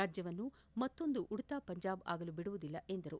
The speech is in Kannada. ರಾಜ್ಯವನ್ನು ಮತ್ತೊಂದು ಉಡ್ತಾ ಪಂಜಾಬ್ ಆಗಲು ಬಿಡುವುದಿಲ್ಲ ಎಂದರು